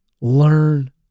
learn